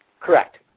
Correct